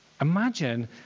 Imagine